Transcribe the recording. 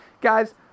guys